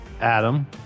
adam